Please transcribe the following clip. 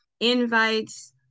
invites